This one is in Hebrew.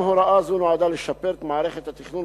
גם הוראה זו נועדה לשפר את מערכת התכנון